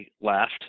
left